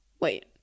wait